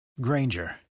Granger